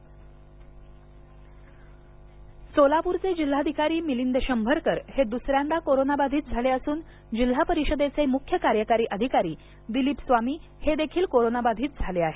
शंभरकर सोलापूरचे जिल्हाधिकारी मिलिंद शंभरकर हे दुसऱ्यांदा कोरोनाबाधित झाले असून जिल्हा परिषदेचे मुख्य कार्यकारी अधिकारी दिलीप स्वामी हेदेखील कोरोनाबाधित झाले आहेत